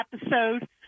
episode